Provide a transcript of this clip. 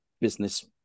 business